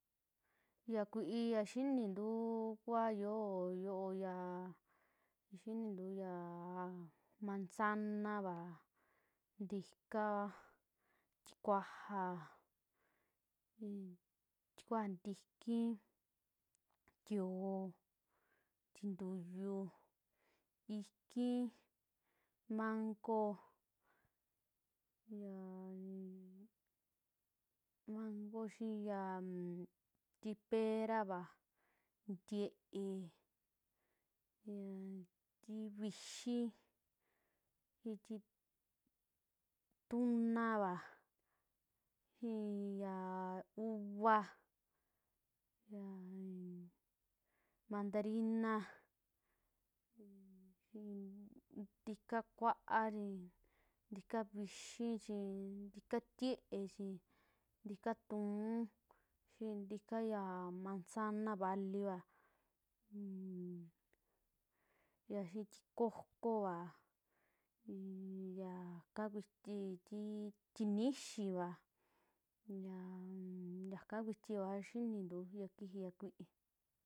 Ya kui'i, ya xinintuu kua yoo yo'o ya xinintu yaa manzanava, tikaa, tikuaja, inn tukuaja tikii. tio'o, tintuyu, ikii, mango, yam mango xii yaan yii perava, ntiee, yati vixii xii tii tunaba, xii ya uva, yaa mandarina, nm xii ntika kua'a, ntika vixii chin ntika tie. e, chi ntika tuú, xii ntika ya manzana valiva nmm xii ti cocova un yaka kuiti, tii tinixiva yann yaka kuiti kua xinintu ya kijii ya kui'i.